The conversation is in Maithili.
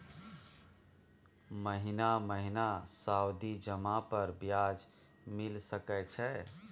महीना महीना सावधि जमा पर ब्याज मिल सके छै?